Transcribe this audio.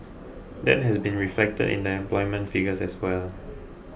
that has been reflected in the employment figures as well